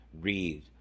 read